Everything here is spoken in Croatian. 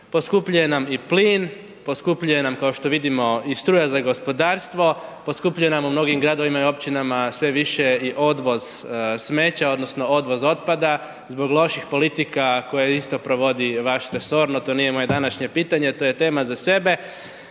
poskupljuje nam i plin, poskupljuje nam kao što vidimo i struja za gospodarstvo, poskupljuje nam u mnogim gradovima i općinama sve više i odvoz smeća odnosno odvoz otpada zbog loših politika koje isto provodi vaš resor, no to nije moje današnje pitanje, to je tema za sebe.